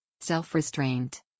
Self-restraint